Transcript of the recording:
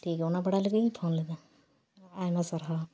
ᱴᱷᱤᱠ ᱜᱮᱭᱟ ᱚᱱᱟ ᱵᱟᱲᱟᱭ ᱞᱟᱹᱜᱤᱜ ᱜᱮᱧ ᱯᱷᱳᱱ ᱞᱮᱫᱟ ᱟᱭᱢᱟ ᱥᱟᱨᱦᱟᱣ